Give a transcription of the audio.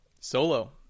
Solo